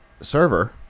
server